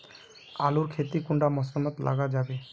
आलूर खेती कुंडा मौसम मोत लगा जाबे?